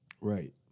Right